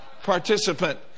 participant